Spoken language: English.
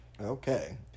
Okay